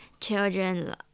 children